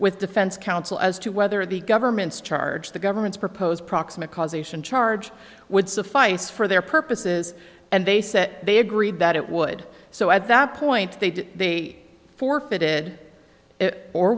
with defense counsel as to whether the government's charge the government's proposed proximate cause ation charge would suffice for their purposes and they said they agreed that it would so at that point they'd be forfeited or